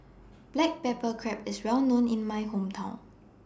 Black Pepper Crab IS Well known in My Hometown